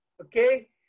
okay